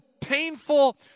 painful